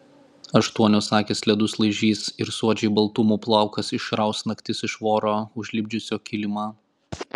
aštuonios akys ledus laižys ir suodžiai baltumų plaukas išraus naktis iš voro užlipdžiusio kilimą